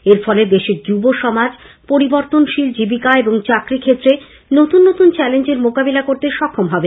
এর ফলে দেশের যুবসমাজ পরিবর্তনশীল জীবিকা এবং চাকুরী ক্ষেত্রে নতুন নতুন চ্যালেঞ্জর মোকাবিলার করতে সক্ষম হবেন